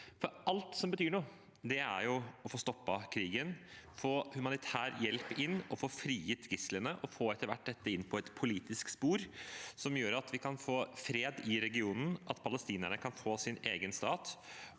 Alt som betyr noe, er å få stoppet krigen, få humanitær hjelp inn, få frigitt gislene og etter hvert få dette inn på et politisk spor som gjør at vi kan få fred i regionen, at palestinerne kan få sin egen stat,